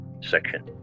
section